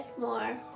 more